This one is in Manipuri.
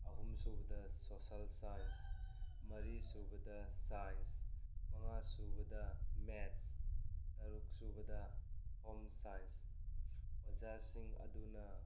ꯑꯍꯨꯝ ꯁꯨꯕꯗ ꯁꯣꯁꯦꯜ ꯁꯥꯏꯟꯁ ꯃꯔꯤ ꯁꯨꯕꯗ ꯁꯥꯏꯟꯁ ꯃꯉꯥ ꯁꯨꯕꯗ ꯃꯦꯠꯁ ꯇꯔꯨꯛ ꯁꯨꯕꯗ ꯍꯣꯝ ꯁꯥꯏꯟꯁ ꯑꯣꯖꯥꯁꯤꯡ ꯑꯗꯨꯅ